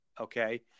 Okay